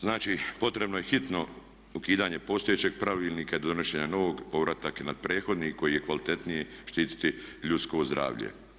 Znači potrebno je hitno ukidanje postojećeg pravilnika i do donošenja novog povratak na prethodni koji je kvalitetniji štiti ljudski zdravlje.